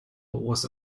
was